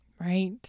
Right